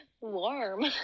warm